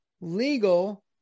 legal